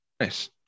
Nice